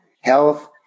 health